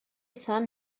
sun